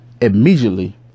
Immediately